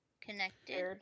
connected